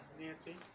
Nancy